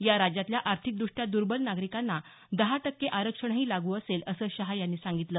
या राज्यातल्या आर्थिकदृष्ट्या दर्बल नागरिकांना दहा टक्के आरक्षणही लागू असेल असं शाह यांनी सांगितलं